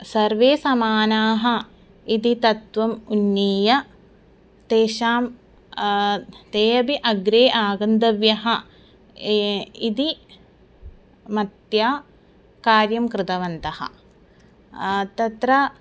सर्वे समानाः इति तत्त्वम् उन्नीय तेषां ते अपि अग्रे आगन्तव्यः इति मत्या कार्यं कृतवन्तः तत्र